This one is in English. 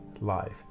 life